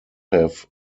have